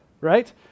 right